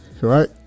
Right